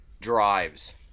drives